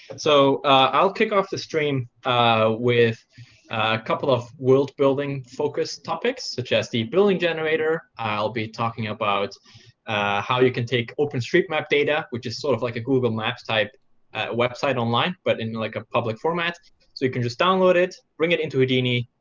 so i'll kick off the stream with a couple of world building focus topics such as the building generator. i'll be talking about how you can take openstreetmap data which is sort of like a google maps-type website online, but in like a public format. so you can just download it, bring it into houdini,